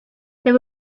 there